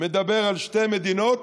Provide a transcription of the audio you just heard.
מדבר על שתי מדינות